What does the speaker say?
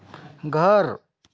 घर